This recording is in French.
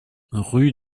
rue